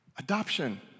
Adoption